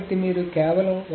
కాబట్టి మీరు కేవలం